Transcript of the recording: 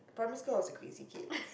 primary school I was a crazy kid